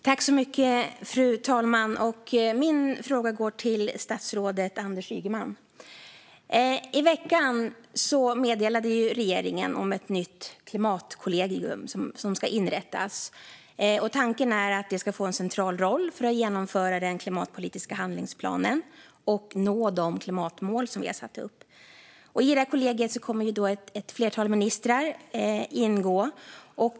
Fru talman! Min fråga går till statsrådet Anders Ygeman. I veckan meddelade regeringen att ett nytt klimatkollegium ska inrättas. Tanken är att det ska få en central roll i att genomföra den klimatpolitiska handlingsplanen och nå de klimatmål vi har satt upp. I kollegiet kommer ett flertal ministrar att ingå.